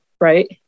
right